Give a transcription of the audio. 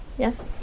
Yes